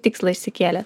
tikslą išsikėlė